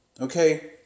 Okay